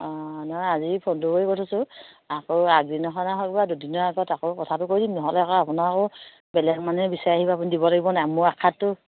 অঁ নহয় আজি ফোনটো কৰি কৈ থৈছো আকৌ আগদিনাখন হ'ব বা দুদিনৰ আগত আকৌ কথাটো কৈ দিম নহ'লে আকৌ আপোনাকো বেলেগ মানহে বিচাৰি আহিব আপুনি দিব লাগিব নাই মোৰ আশাতটো